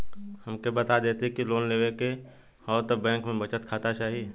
हमके बता देती की लोन लेवे के हव त बैंक में बचत खाता चाही?